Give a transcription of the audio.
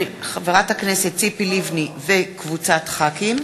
מאת חברי הכנסת ציפי לבני, יצחק הרצוג,